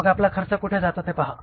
मग आपला खर्च कुठे जातो ते पहा